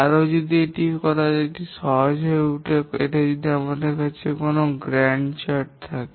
এবং এটি করা আরও সহজ হয়ে ওঠে যদি আমাদের কাছে কোনও গ্র্যান্ট চার্ট থাকে